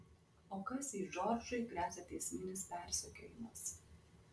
o kas jei džordžui gresia teisminis persekiojimas